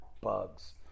bugs